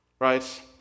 right